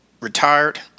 retired